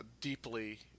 deeply